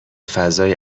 فضای